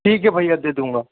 ठीक है भैया दे दूँगा